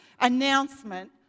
announcement